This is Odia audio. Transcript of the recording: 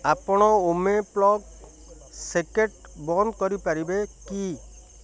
ଆପଣ ଉମେ ପ୍ଲଗ୍ ସକେଟ୍ ବନ୍ଦ କରିପାରିବେ କି